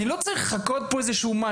אני לא צריך לחכות פה איזה משהו,